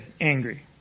angry